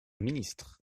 ministre